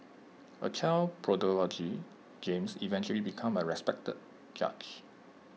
A child prodigy James eventually became A respected judge